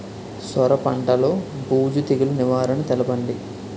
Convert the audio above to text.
సొర పంటలో బూజు తెగులు నివారణ తెలపండి?